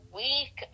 week